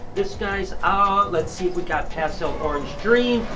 this guy's out. let's see if we got pastel orange dream,